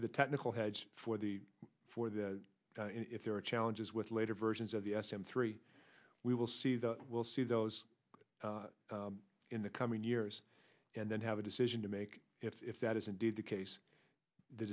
to the technical heads for the for the if there are challenges with later versions of the s m three we will see the we'll see those in the coming years and then have a decision to make if that is indeed the case the